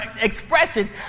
expressions